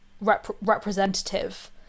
representative